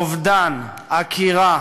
אובדן, עקירה,